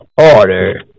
order